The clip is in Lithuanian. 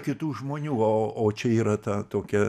kitų žmonių o o čia yra ta tokia